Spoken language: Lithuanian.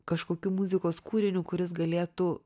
kažkokiu muzikos kūriniu kuris galėtų